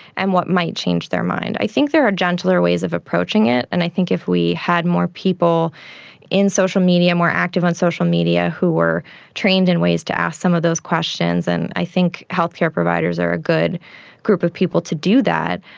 and what might change their mind. i think there are gentler ways of approaching it, and i think if we had more people in social media, more active on social media, who were trained in ways to ask some of those questions, and i think healthcare providers are a good group of people to do that.